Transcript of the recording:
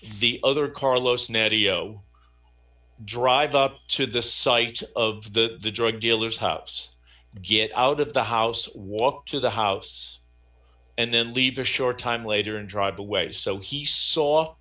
the other carlos nattie oh drive up to the site of the drug dealer's house get out of the house walk to the house and then leave a short time later and drive away so he saw